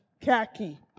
khaki